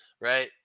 right